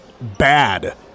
bad